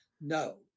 no